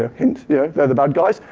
ah yeah they're the bad guys.